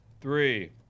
three